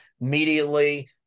immediately